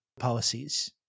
policies